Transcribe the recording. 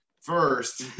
first